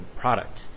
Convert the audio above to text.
product